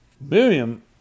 Miriam